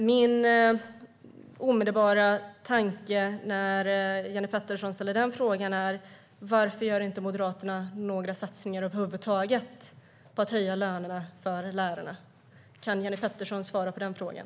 Min omedelbara tanke när Jenny Petersson ställer frågan är: Varför gör inte Moderaterna några satsningar över huvud taget för att höja lönerna för lärarna? Kan Jenny Petersson svara på den frågan?